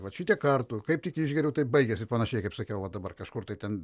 vat šitiek kartų kaip tik išgėriu taip baigiasi panašiai kaip sakiau vat dabar kažkur tai ten